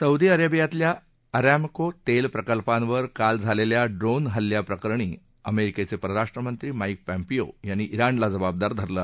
Saudi अरेबियातल्या अरक्की तेल प्रकल्पावर काल झालेल्या ड्रोन हल्ल्याप्रकरणी अमेरिकेचे परराष्ट्रमंत्री माईक पॉम्पीयो यांनी ज्ञाणला जवावदार धरलं आहे